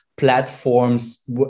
platforms